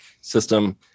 system